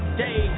day